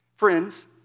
Friends